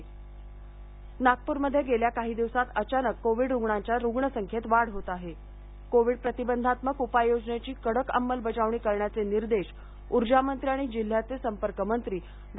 Nagpur corona नागपूरमध्ये गेल्या काही दिवसात अचानक कोविड रुग्णसंख्येत वाढ होत असल्यानं कोविड प्रतिबंधात्मक उपाय योजनेची कडक अंमलबजावणी करण्याचे निर्देश ऊर्जा मंत्री आणि जिल्ह्याचे संपर्क मंत्री डॉ